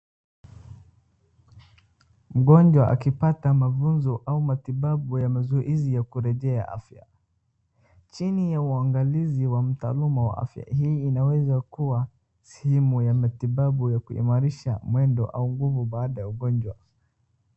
Mgonjwa akipata mafunzo au matibabu ya mazoezi ya kurejea afya chini ya uangalizi wa mtaaluma wa afya. Hii inaweza kuwa sehemu ya matibabu ya kuimarisha mwendo au nguvu baada ya ugonjwa.